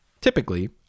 Typically